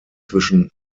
zwischen